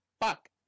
Fuck